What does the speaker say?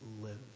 live